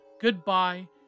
Goodbye